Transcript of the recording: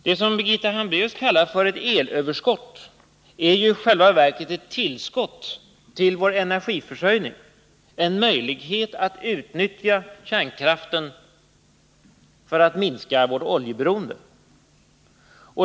Det som Birgitta Hambraeus kallade för ett elöverskott är ju i själva verket ett tillskott till vår energiförsörjning, en möjlighet att utnyttja kärnkraften för att minska vårt oljeberoende.